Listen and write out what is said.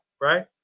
right